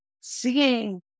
seeing